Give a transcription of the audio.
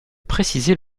préciser